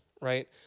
Right